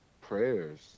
Prayers